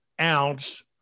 ounce